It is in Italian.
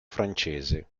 francese